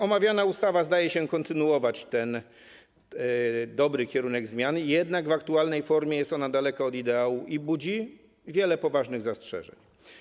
Omawiana ustawa zdaje się kontynuować ten dobry kierunek zmian, jednak w aktualnej formie jest ona daleka od ideału i budzi wiele poważnych zastrzeżeń.